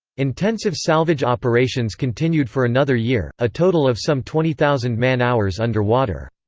intensive salvage operations continued for another year, a total of some twenty thousand man-hours under water.